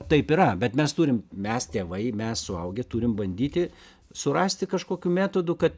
taip yra bet mes turim mes tėvai mes suaugę turim bandyti surasti kažkokių metodų kad